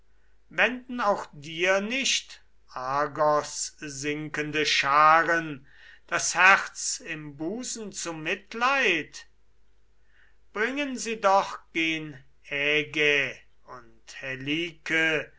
wenden auch dir nicht argos sinkende scharen das herz im busen zu mitleid bringen sie doch gen ägä und helike